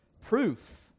proof